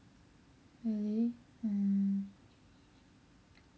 really mm